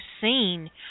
seen